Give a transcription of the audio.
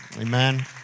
Amen